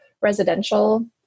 residential